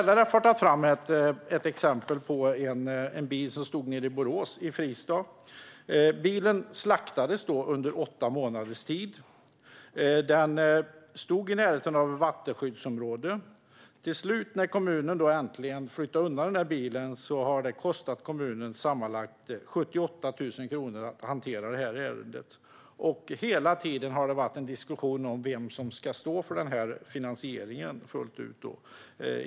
LRF har visat på ett exempel på en bil som stod i Fristad utanför Borås. Bilen slaktades under åtta månaders tid. Den stod i närheten av ett vattenskyddsområde. Till slut flyttade kommunen äntligen undan bilen, men då hade det sammanlagt kostat kommunen 78 000 kronor att hantera ärendet. Under hela tiden har det funnits en diskussion om vem som ska stå för finansieringen av detta fullt ut.